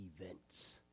events